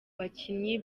bakinnyi